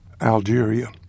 Algeria